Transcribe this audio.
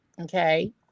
okay